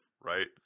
right